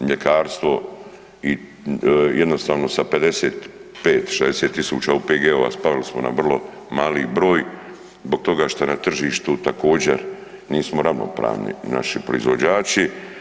Mljekarstvo jednostavno sa 55, 60.000 OPG-ova spali smo na vrlo mali broj zbog toga šta na tržištu također nismo ravnopravni naši proizvođači.